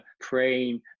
praying